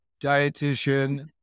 dietitian